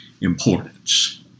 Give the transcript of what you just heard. importance